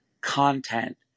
content